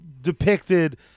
depicted